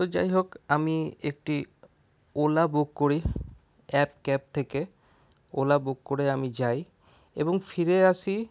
তো যাইহোক আমি একটি ওলা বুক করি অ্যাপ ক্যাব থেকে ওলা বুক করে আমি যাই এবং ফিরে আসি